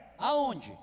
Aonde